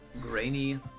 Grainy